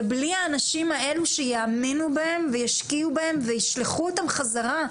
ובלי האנשים האלו שיאמינו בהם וישקיעו בהם וישלחו אותם חזרה,